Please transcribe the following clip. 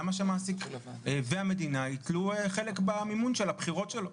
למה שהמעסיק והמדינה יטלו חלק במימון של הבחירות שלו.